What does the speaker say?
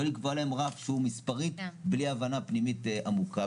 לא לקבוע להם רף שהוא מספרית בלי הבנה פנימית עמוקה,